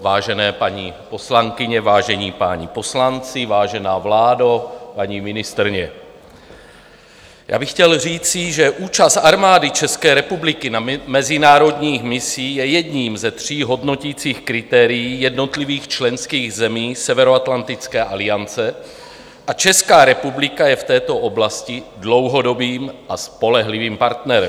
Vážené paní poslankyně, vážení páni poslanci, vážená vládo, paní ministryně, já bych chtěl říci, že účast Armády České republiky na mezinárodních misích je jedním ze tří hodnoticích kritérií jednotlivých členských zemí Severoatlantické aliance a Česká republika je v této oblasti dlouhodobým a spolehlivým partnerem.